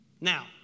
Now